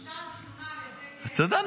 הוגשה על זה תלונה על ידי --- אתה יודע,